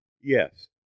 yes